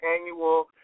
annual